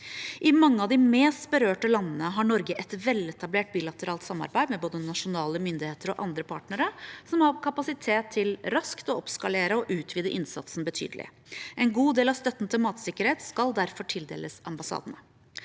I mange av de mest berørte landene har Norge et veletablert bilateralt samarbeid med både nasjonale myndigheter og andre partnere som har kapasitet til raskt å oppskalere og utvide innsatsen betydelig. En god del av støtten til matsikkerhet skal derfor tildeles ambassadene.